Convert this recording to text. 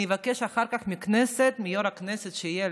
אני אבקש אחר כך מיו"ר הכנסת שיהיה,